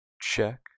check